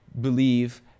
believe